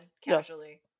casually